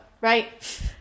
right